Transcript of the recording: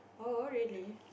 oh oh really